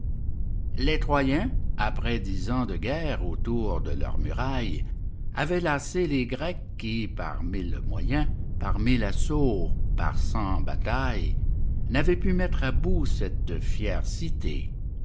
les troyens après dix ans de guerre autour de leurs murailles avaient lassé les grecs qui par mille moyens par mille assauts par cent batailles n'avaient pu mettre à bout cette fière cité